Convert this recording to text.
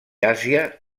àsia